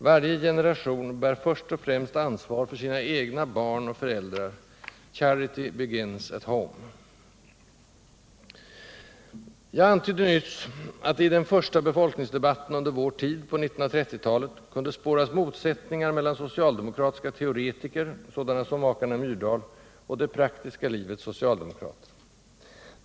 Varje generation bär först och främst ansvar för sina egna barn och föräldrar: charity begins at home. Jag antydde nyss att det i den första befolkningsdebatten under vår tid, på 1930-talet, kunde spåras motsättningar mellan socialdemokratiska teoretiker, sådana som makarna Myrdal, och det praktiska livets socialdemokrater.